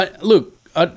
look